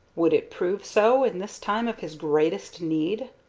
would it prove so in this time of his greatest need?